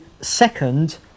second